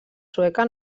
sueca